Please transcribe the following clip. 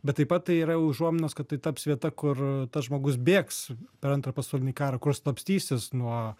bet taip pat tai yra užuominos kad tai taps vieta kur tas žmogus bėgs per antrą pasaulinį karą kur slapstysis nuo